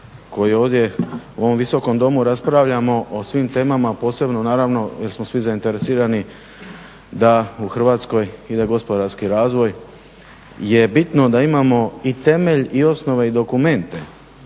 koji ovdje u ovom Visokom domu raspravljamo o svim temama posebno naravno jel smo svi zainteresirani da u Hrvatskoj ide gospodarski razvoj je bitno da imamo i temelj i osnove i dokumente